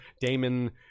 Damon